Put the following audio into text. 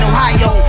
Ohio